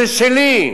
זה שלי.